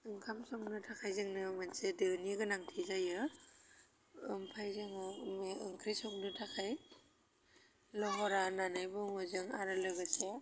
ओंखाम संनो थाखाय जोंनो मोनसे दोनि गोनांथि जायो ओमफाय जोङो ओंख्रि संनो थाखाय लहरा होन्नानै बुङो जों आरो लोगोसे